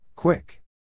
Quick